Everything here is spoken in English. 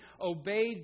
obeyed